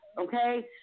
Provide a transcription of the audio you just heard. okay